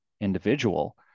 individual